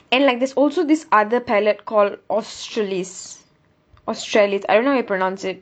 and like there's also this other palette call I don't know how you pronounce it